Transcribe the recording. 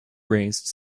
raised